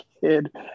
kid